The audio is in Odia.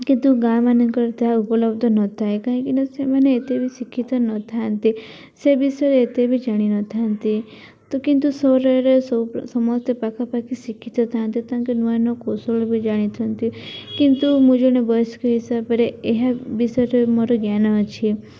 କିନ୍ତୁ ଗାଁ ମାନଙ୍କର ତାହା ଉପଲବ୍ଧ ନଥାଏ କାହିଁକିନା ସେମାନେ ଏତେ ବି ଶିକ୍ଷିତ ନଥାନ୍ତି ସେ ବିଷୟରେ ଏତେ ବି ଜାଣିନଥାନ୍ତି ତ କିନ୍ତୁ ସହରରେ ସବୁ ସମସ୍ତେ ପାଖାପାଖି ଶିକ୍ଷିତ ଥାନ୍ତି ତାଙ୍କ ନୂଆ ନୂଆ କୌଶଳ ବି ଜାଣିଥାନ୍ତି କିନ୍ତୁ ମୁଁ ଜଣେ ବୟସ୍କ ହିସାବରେ ଏହା ବିଷୟରେ ମୋର ଜ୍ଞାନ ଅଛି